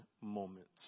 moments